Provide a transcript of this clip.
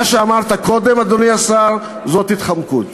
מה שאמרת קודם, אדוני השר, זאת התחמקות.